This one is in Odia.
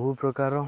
ବହୁ ପ୍ରକାର